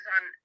on